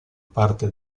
parte